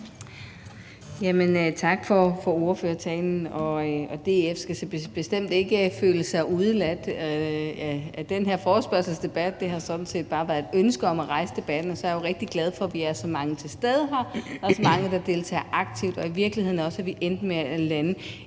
(SF): Tak for ordførertalen. DF skal bestemt ikke føle sig udelukket af den her forespørgselsdebat. Der har sådan set bare været et ønske om at rejse debatten. Og så er jeg jo rigtig glad for, at vi er så mange til stede her, og at der er så mange, der deltager aktivt, og jeg er i virkeligheden også glad for, at vi endte med at lande